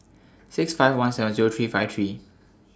six five one seven Zero three five three